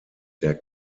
der